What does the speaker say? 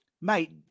Mate